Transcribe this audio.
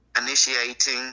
Initiating